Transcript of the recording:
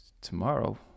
tomorrow